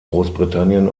großbritannien